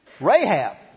Rahab